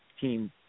team